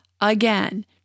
again